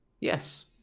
Yes